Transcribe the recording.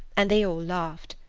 and they all laughed.